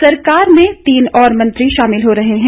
सरकार में तीन और मंत्री शामिल हो रहे हैं